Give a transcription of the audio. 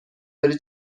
داری